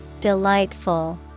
Delightful